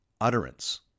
utterance